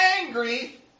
angry